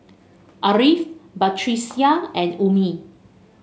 Ariff Batrisya and Ummi